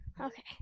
okay